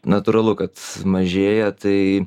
natūralu kad mažėja tai